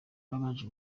babanje